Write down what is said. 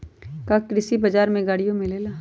का कृषि बजार में गड़ियो मिलेला?